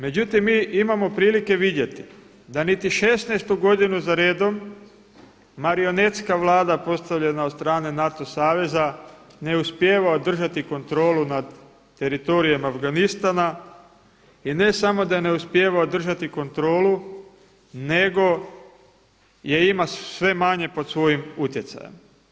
Međutim, mi imamo prilike vidjeti da niti 16.tu godinu zaredom marionetska Vlada postavljena od strane NATO saveza ne uspijeva održati kontrolu nad teritorijem Afganistana i ne samo da neuspijeva održati kontrolu nego je ima sve manje pod svojim utjecajem.